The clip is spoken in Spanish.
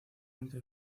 entre